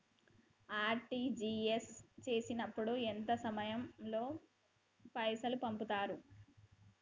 RTGS చేసినప్పుడు ఎంత సమయం లో పైసలు పంపుతరు?